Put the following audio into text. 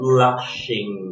Blushing